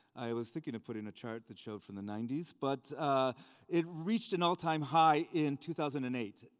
i was thinking of putting a chart that showed from the ninety s, but it reached an all-time high in two thousand and eight.